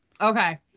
Okay